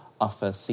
offer